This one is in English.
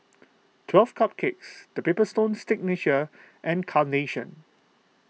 twelve Cupcakes the Paper Stone Signature and Carnation